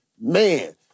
man